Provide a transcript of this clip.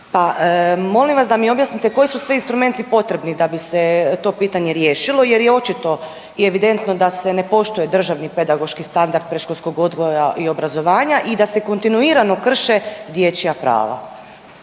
Pa molim vas da mi objasnite koji su sve instrumenti potrebni da bi se to pitanje riješilo jer je očito i evidentno da se ne poštuje državni pedagoški standard predškolskog odgoja i obrazovanja i da se kontinuirano krše dječja prava.